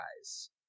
guys